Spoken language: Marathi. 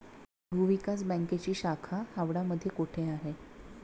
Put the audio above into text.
भूविकास बँकेची शाखा हावडा मध्ये कोठे आहे?